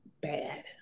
bad